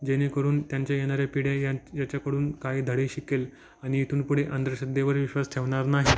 जेणेकरून त्यांच्या येणाऱ्या पिढ्या ह्या याच्याकडून काही धडे शिकेल आणि इथून पुढे अंधश्रद्धेवर विश्वास ठेवणार नाही